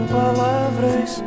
palavras